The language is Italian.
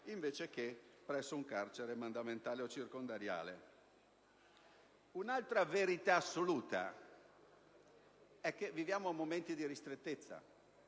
invece che presso un carcere mandamentale o circondariale, la propria pena. Un'altra verità assoluta è che viviamo momenti di ristrettezza